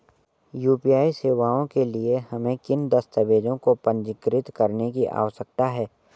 UPI सेवाओं के लिए हमें किन दस्तावेज़ों को पंजीकृत करने की आवश्यकता है?